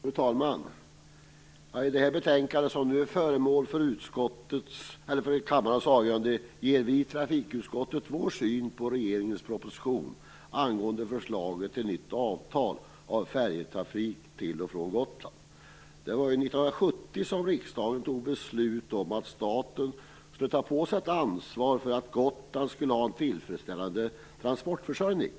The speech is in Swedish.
Fru talman! I det betänkande som nu är föremål för kammarens avgörande ger vi i trafikutskottet vår syn på regeringens proposition angående förslaget till nytt avtal för färjetrafiken till och från Gotland. Det var år 1970 som riksdagen fattade beslut om att staten skulle ta på sig ett ansvar för att Gotland har en tillfredsställande transportförsörjning.